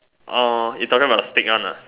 orh you talking about the stick one ah